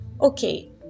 okay